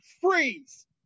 freeze